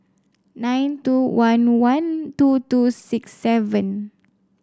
nine two one one two two six seven